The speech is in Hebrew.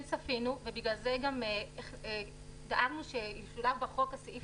כן צפינו ובגלל זה דאגנו שישולב בחוק הסעיף